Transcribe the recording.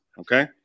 okay